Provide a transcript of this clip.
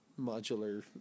modular